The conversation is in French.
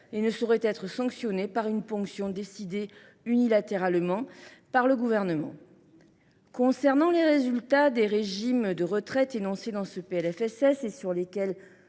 qui ne sauraient être sanctionnés par une ponction décidée unilatéralement par le Gouvernement. Concernant les résultats des régimes de retraite sur lesquels